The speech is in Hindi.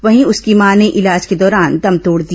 वहीं उसकी मां ने इलाज के दौरान दम तोड़ दिया